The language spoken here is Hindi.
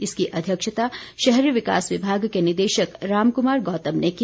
इसकी अध्यक्षता शहरी विकास विभाग के निदेशक राम कुमार गौतम ने की